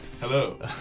Hello